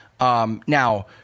Now